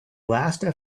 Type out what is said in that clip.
last